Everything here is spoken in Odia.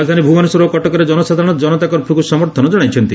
ରାଜଧାନୀ ଭ୍ରବନେଶ୍ୱର ଓ କଟକରେ ଜନସାଧାରଣ ଜନତା କର୍ଫ୍ୟକ ସମର୍ଥନ ଜଣାଇଛନ୍ତି